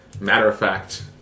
matter-of-fact